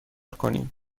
کنیم